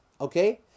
okay